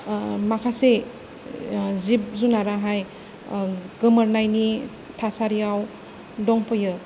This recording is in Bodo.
माखासे जिब जुनाराहाय गोमोरनायनि थासारियाव दंफैयो